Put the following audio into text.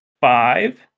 five